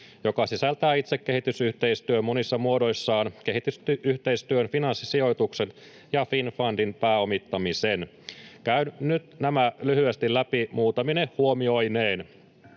joka sisältää itse kehitysyhteistyön monissa muodoissaan, kehitysyhteistyön finanssisijoitukset ja Finnfundin pääomittamisen. Käyn nyt nämä lyhyesti läpi muutamine huomioineen.